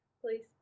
please